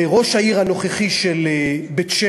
וראש העיר הנוכחי של בית-שמש,